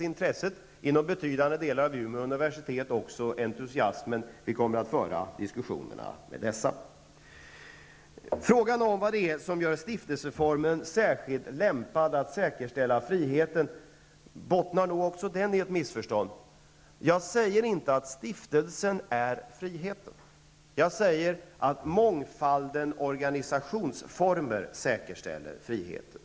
Vid betydande delar av Umeå universitet finns ett betydande intresse och en entusiasm för stiftelseformen. Vad är det då som gör stiftelseformen särskilt lämpad att säkerställa friheten? Även på den punkten föreligger ett missförstånd. Jag säger inte att stiftelsen är lika med friheten. Jag säger i stället att mångfalden och organisationsformerna säkerställer friheten.